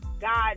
God